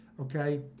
okay